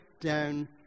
down